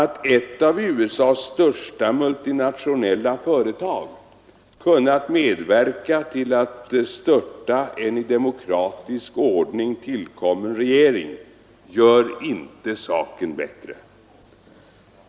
Att ett av USA:s största multinationella företag kunnat medverka till att störta en i demokratisk ordning tillkommen regering gör inte saken bättre.